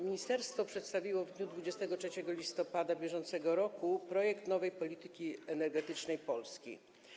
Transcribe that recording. Ministerstwo przedstawiło w dniu 23 listopada br. projekt nowej polityki energetycznej Polski.